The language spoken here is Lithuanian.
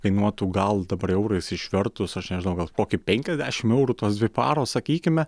kainuotų gal dabar eurais išvertus aš nežinau gal kokį penkiasdešimt eurų tos dvi paros sakykime